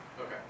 Okay